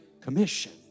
Commission